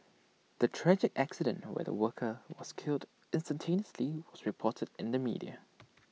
the tragic accident where the worker was killed instantaneously was reported in the media